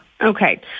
Okay